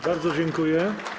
Bardzo dziękuję.